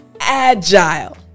agile